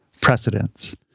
precedents